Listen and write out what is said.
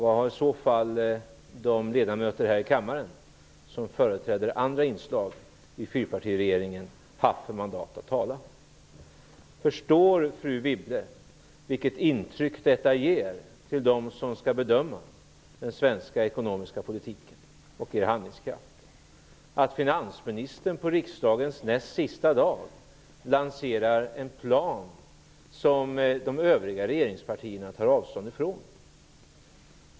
Vad har i så fall de ledamöter här i kammaren som företräder andra inslag i fyrpartiregeringen haft för mandat attt tala? Förstår fru Wibble vilket intryck det ger till dem som skall bedöma den svenska ekonomiska politiken och er handlingskraft att finansministern på riksmötets näst sista dag lanserar en plan som de övriga regeringspartierna tar avstånd ifrån?